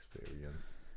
experience